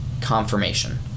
confirmation